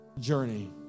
journey